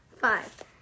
five